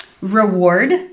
reward